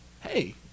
Hey